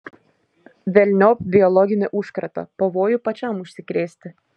velniop biologinį užkratą pavojų pačiam užsikrėsti